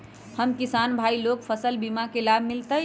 हम किसान भाई लोग फसल बीमा के लाभ मिलतई?